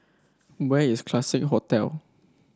where is Classique Hotel